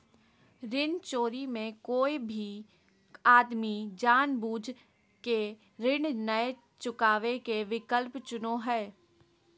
ऋण चोरी मे कोय भी आदमी जानबूझ केऋण नय चुकावे के विकल्प चुनो हय